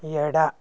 ಎಡ